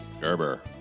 Gerber